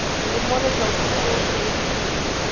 and in one of those cool, shady streets,